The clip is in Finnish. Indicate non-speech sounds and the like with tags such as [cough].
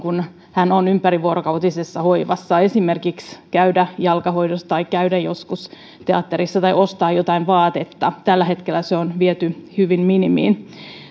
[unintelligible] kun hän on ympärivuorokautisessa hoivassa esimerkiksi käydä jalkahoidossa tai käydä joskus teatterissa tai ostaa jotain vaatetta tällä hetkellä se on viety hyvin minimiin